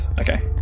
Okay